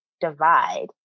divide